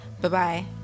Bye-bye